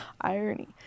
irony